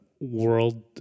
world